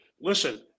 listen